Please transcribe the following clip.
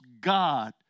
god